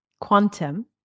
quantum